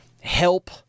help